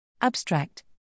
Abstract